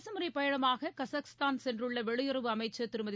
அரசுமுறைப் பயணமாககஜகஸ்தான் சென்றுள்ளவெளியுறவு அமைச்சர் திருமதி